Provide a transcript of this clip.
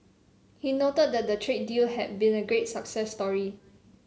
he noted that the trade deal has been a great success story